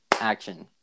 Action